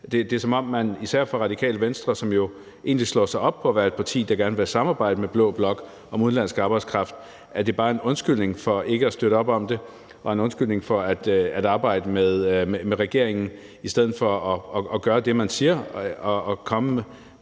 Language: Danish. Det er, som om man især hos Radikale Venstre, som jo egentlig slår sig op på at være et parti, der gerne vil samarbejde med blå blok om udenlandsk arbejdskraft, bare bruger det som en undskyldning for ikke at støtte op om det og en undskyldning for at arbejde med regeringen i stedet for at gøre det, man siger, og komme med